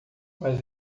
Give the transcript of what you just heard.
mas